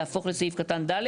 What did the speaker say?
יהפוך לסעיף קטן (ד),